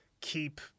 keep